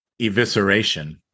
evisceration